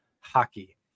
hockey